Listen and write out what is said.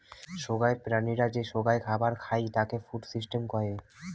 সোগায় প্রাণীরা যে সোগায় খাবার খাই তাকে ফুড সিস্টেম কহে